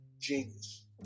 genius